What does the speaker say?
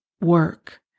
work